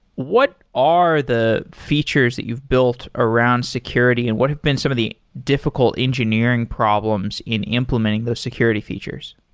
what are the features that you've built around security and what have been some of the difficult engineering problems in implementing those security features?